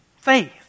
Faith